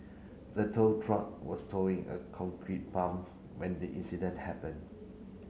the tow truck was towing a concrete pump when the incident happened